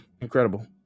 incredible